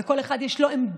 לכל אחד יש עמדה,